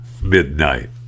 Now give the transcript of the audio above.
midnight